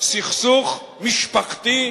סכסוך משפחתי,